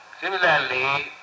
Similarly